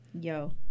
Yo